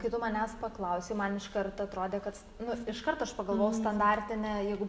kai tu manęs paklausei man iškart atrodė kad s iškartaš pagalvjau standartinė jeigu